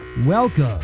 Welcome